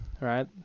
Right